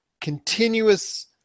continuous